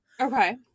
Okay